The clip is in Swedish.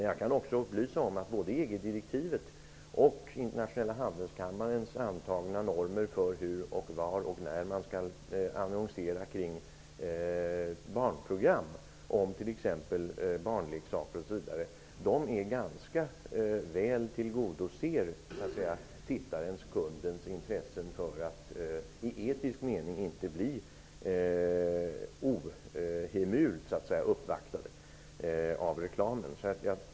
Jag kan också upplysa om att både i EG-direktivet och i Internationella handelskammaren finns antagna normer för hur, var och när man skall få annonsera om t.ex. leksaker i samband med barnprogram. Dessa normer tillgodoser ganska väl tittarens/kundens intresse för att i etisk mening inte bli ohemult uppvaktad av reklamen.